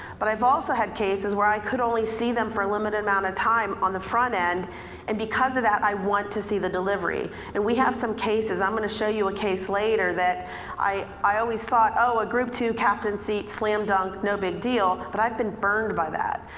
but i've also had cases where i could only see them for a limited amount of time on the front end and because of that i want to see the delivery. and we have some cases, i'm gonna show you a case later that i i always thought, oh, a group two, a captain seat, slam dunk, no big deal. but i've been burned by that.